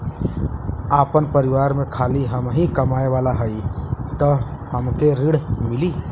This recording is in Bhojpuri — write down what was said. आपन परिवार में खाली हमहीं कमाये वाला हई तह हमके ऋण मिली?